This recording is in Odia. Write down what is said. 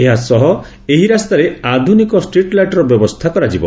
ଏହା ସହ ଏହି ରାସ୍ତାରେ ଆଧୁନିକ ଷ୍ଟ୍ରୀଟଲାଇଟ୍ର ବ୍ୟବସ୍ଷା କରାଯିବ